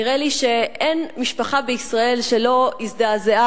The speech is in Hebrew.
נראה לי שאין משפחה בישראל שלא הזעזעה